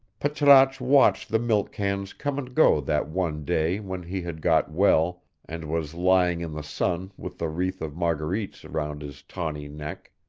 patrasche watched the milk-cans come and go that one day when he had got well and was lying in the sun with the wreath of marguerites round his tawny neck.